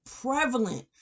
prevalent